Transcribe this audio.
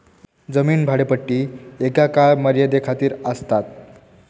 जमीन भाडेपट्टी एका काळ मर्यादे खातीर आसतात